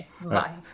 bye